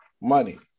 money